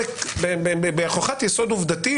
בהוכחת יסוד עובדתי,